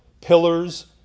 pillars